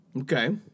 Okay